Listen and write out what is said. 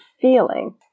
feeling